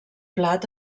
plat